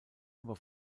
aber